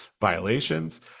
violations